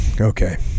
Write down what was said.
Okay